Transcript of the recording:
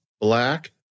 Black